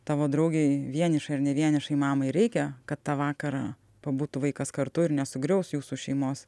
tavo draugei vienišai ar ne vienišai mamai reikia kad tą vakarą pabūtų vaikas kartu ir nesugriaus jūsų šeimos